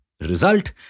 Result